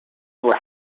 were